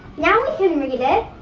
now we can read it!